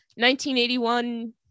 1981